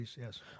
yes